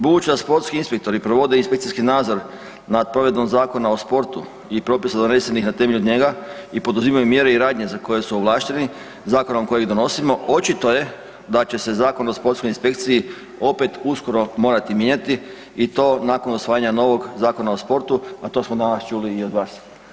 Budući da sportski inspektori provede inspekcijski nadzor nad provedbom Zakona o sportu i propisa donesenih na temelju njega i poduzimaju mjere i radnje za koje su ovlašteni zakonom koje donosimo, očito je da će se Zakon o sportskoj inspekciji opet uskoro morati mijenjati i to nakon usvajanja novog Zakona o sportu, a to smo danas čuli i od vas.